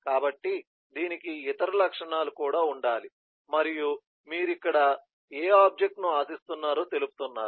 కాబట్టి దీనికి ఇతర లక్షణాలు కూడా ఉండాలి మరియు మీరు ఇక్కడ ఏ ఆబ్జెక్ట్ ను ఆశిస్తున్నారో తెలుపుతున్నారు